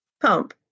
pump